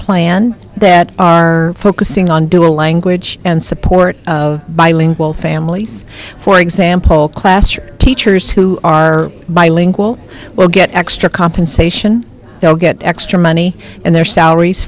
plan that are focusing on dual language and support of bilingual families for example classroom teachers who are bilingual will get extra compensation they'll get extra money and their salaries